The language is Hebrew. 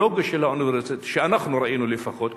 הלוגו של האוניברסיטה שאנחנו ראינו לפחות,